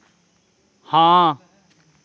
हां